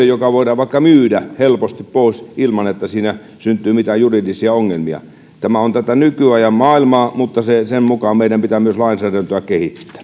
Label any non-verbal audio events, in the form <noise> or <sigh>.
<unintelligible> joka voidaan vaikka myydä helposti pois ilman että siinä syntyy mitään juridisia ongelmia tämä on tätä nykyajan maailmaa mutta sen mukaan meidän pitää myös lainsäädäntöä kehittää